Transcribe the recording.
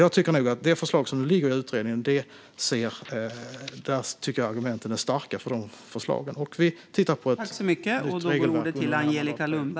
Jag tycker att argumenten är starka för utredningens förslag. Vi tittar på ett nytt regelverk under den här mandatperioden.